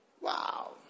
wow